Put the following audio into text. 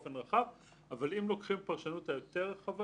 יש מקומות שבהם זה יותר נפוץ אבל גם כאן אני לא רוצה להכליל.